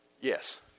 Yes